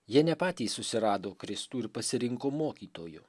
jie ne patys susirado kristų ir pasirinko mokytoju